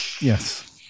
Yes